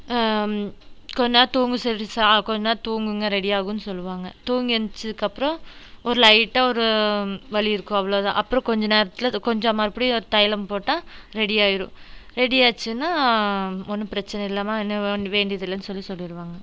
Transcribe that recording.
கொஞ்சம் நேரம் தூங்க சொல்லிவிட்டு கொஞ்சம் நேரம் தூங்குங்க ரெடி ஆகும்னு சொல்வாங்க தூங்கி எந்திரிச்சதுக்கப்புறம் ஒரு லைட்டாக ஒரு வலி இருக்கும் அவ்வளோதான் அப்புறம் கொஞ்சம் நேரத்தில் அது கொஞ்சம் மறுபடியும் தைலம் போட்டால் ரெடியாகிரும் ரெடி ஆச்சுன்னா ஒன்றும் பிரச்சனை இல்லைமா இன்னும் எதுவும் வேண்டியதில்லைனு சொல்லி சொல்லிடுவாங்க